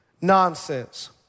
nonsense